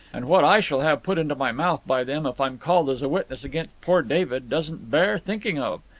and what i shall have put into my mouth by them, if i'm called as a witness against poor david, doesn't bear thinking of.